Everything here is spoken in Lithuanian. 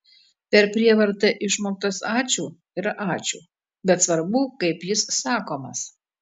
per prievartą išmoktas ačiū yra ačiū bet svarbu kaip jis sakomas